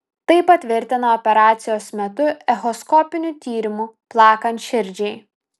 tai patvirtinta operacijos metu echoskopiniu tyrimu plakant širdžiai